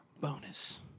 Bonus